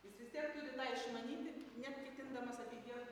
jis vis tiek turi tą išmanyti net ketindamas ateityje